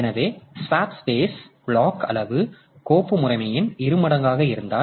எனவே swap space block அளவு கோப்பு முறைமையின் இரு மடங்காக இருந்தால்